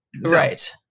Right